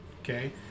Okay